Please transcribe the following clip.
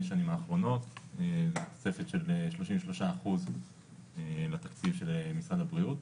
שנים האחרונות והתוספת של שלושים ושלושה אחוז לתקציב של משרד הבריאות,